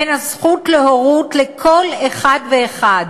בין הזכות להורות לכל אחד ואחד,